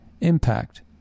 impact